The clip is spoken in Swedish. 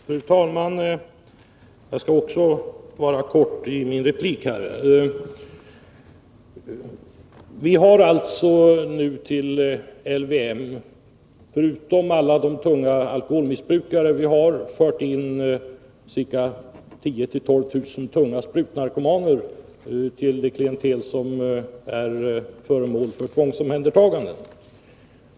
Fru talman! Jag skall också vara kortfattad. Under LVM:s tillämpningsområde har vi, förutom alla de tunga alkoholmissbrukarna, fört in 10 000-12 000 ”tunga” sprutnarkomaner. De kan alltså bli föremål för tvångsomhändertagande.